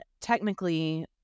technically